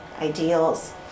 ideals